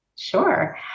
Sure